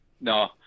No